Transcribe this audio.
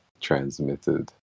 transmitted